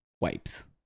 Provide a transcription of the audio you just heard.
wipes